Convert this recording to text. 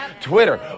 Twitter